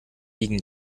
liegen